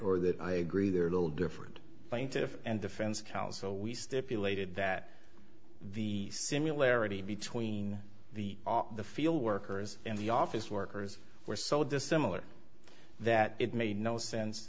or that i agree there are little different plaintiff and defense counsel we stipulated that the similarity between the the field workers and the office workers were so dissimilar that it made no sense